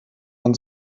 man